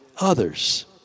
others